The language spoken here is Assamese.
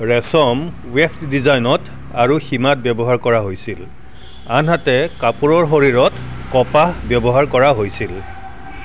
ৰেচম ৱেফ্ট ডিজাইনত আৰু সীমাত ব্যৱহাৰ কৰা হৈছিল আনহাতে কাপোৰৰ শৰীৰত কপাহ ব্যৱহাৰ কৰা হৈছিল